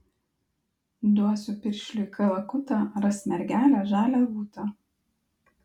duosiu piršliui kalakutą ras mergelę žalią rūtą